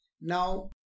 Now